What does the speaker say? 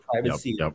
privacy